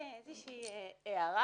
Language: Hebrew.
הערה